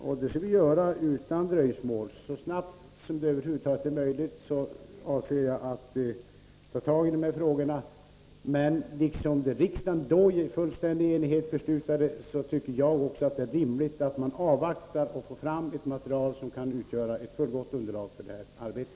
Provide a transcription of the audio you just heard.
Detta skall vi göra utan dröjsmål. Jag avser att så snart som det över huvud taget är möjligt ta tag i dessa frågor. Men liksom riksdagen då beslutade i fullkomlig enighet, anser även jag att det är rimligt att avvakta tills man får fram ett material som kan utgöra ett fullgott underlag för detta arbete.